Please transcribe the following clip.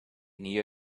near